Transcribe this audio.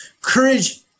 Courage